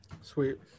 Sweet